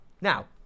Now